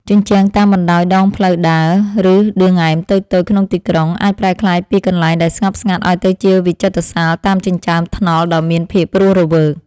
ជញ្ជាំងតាមបណ្ដោយដងផ្លូវដើរ ឬឌឿងហែមតូចៗក្នុងទីក្រុង អាចប្រែក្លាយពីកន្លែងដែលស្ងប់ស្ងាត់ឱ្យទៅជាវិចិត្រសាលតាមចិញ្ចើមថ្នល់ដ៏មានភាពរស់រវើក។